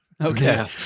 Okay